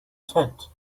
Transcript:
tent